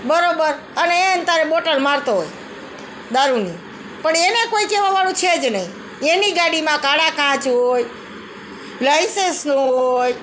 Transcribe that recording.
બરાબર અને એય ને ત્યારે બોટલ મારતો હોય દારુની પણ અને કોઇ કહેવાવાળું છે જ નહીં એની ગાડીમાં કાળા કાચ હોય લાયસન્સ ન હોય